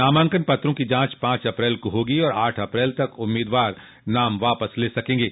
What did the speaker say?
नामांकन पत्रों की जांच पांच अप्रैल को होगी और आठ अप्रैल तक उम्मीदवार नाम वापस ले सकेंगे